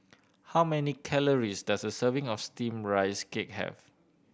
how many calories does a serving of Steamed Rice Cake have